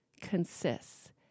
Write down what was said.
consists